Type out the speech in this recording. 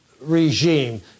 regime